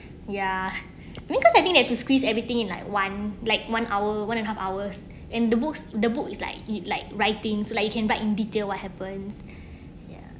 ya because I've think there to squeeze everything in like one like one hour one and half hours and the books the book is like it like writings so like you can write in detail what happen ya